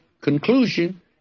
conclusion